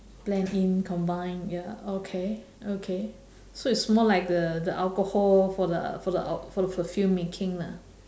blend in combine ya okay okay so it's more like the the alcohol for the for the for the perfume making lah